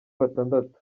batandatu